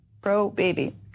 Pro-baby